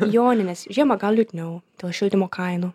joninės žiemą gal liūdniau dėl šildymo kainų